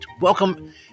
welcome